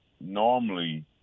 normally